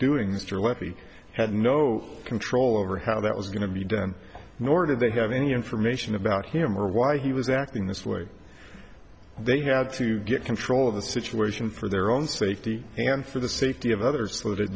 doings your levy had no control over how that was going to be done nor did they have any information about him or why he was acting this way they had to get control of the situation for their own safety and for the safety of others so that